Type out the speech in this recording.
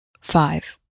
five